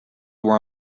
were